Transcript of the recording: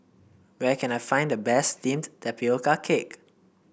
where can I find the best steamed Tapioca Cake